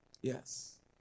Yes